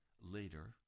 later